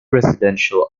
residential